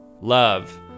Love